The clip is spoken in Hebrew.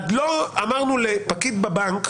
לא אמרנו לפקיד בבנק,